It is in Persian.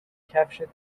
کفشت